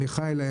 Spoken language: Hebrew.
מיכאל,